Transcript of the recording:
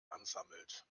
ansammelt